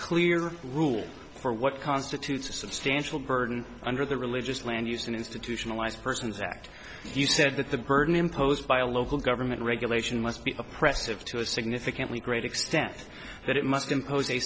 clear rule for what constitutes a substantial burden under the religious land use and institutionalized persons act you said that the burden imposed by a local government regulation must be oppressive to a significantly greater extent that it must impose a